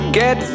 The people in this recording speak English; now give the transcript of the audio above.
get